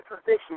position